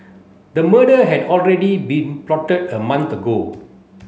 the murder had already been plotted a month ago